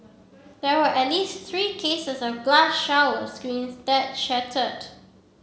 there were at least three cases of glass shower screens that shattered